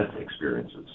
experiences